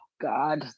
god